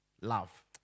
love